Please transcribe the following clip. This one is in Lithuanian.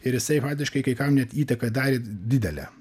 ir jisai fatiškai kai kam net įtaką darė didelę